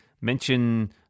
mention